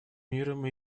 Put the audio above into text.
миром